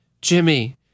Jimmy